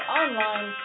online